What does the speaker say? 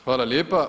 Hvala lijepa.